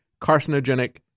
carcinogenic